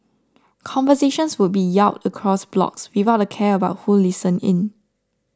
conversations would be yelled across blocks without a care about who listened in